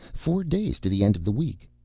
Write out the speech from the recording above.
four days to the end of the week.